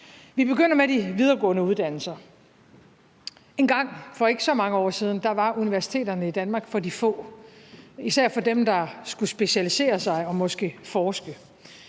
Vi begynder med de videregående uddannelser. Engang for ikke så mange år siden var universiteterne i Danmark for de få, især for dem, der skulle specialisere sig og måske forske.